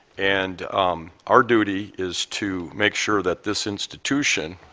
and our duty is to make sure that this institution,